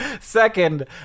Second